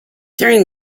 during